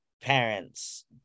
parents